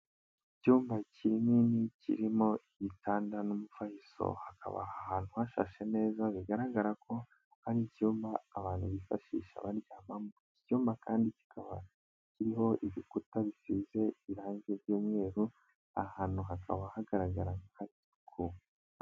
Icyumba kinini kirimo igitanda n'umufariso hakaba ahantu hashashe neza bigaragara ko hari icyuma abantu bifashisha baryama, icyumba kandi kikaba kiriho ibikuta bisize irangi ry'umweru ahantu hakaba hagaragara ko hasukuye.